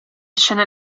scene